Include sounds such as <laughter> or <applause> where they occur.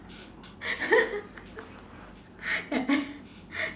<laughs>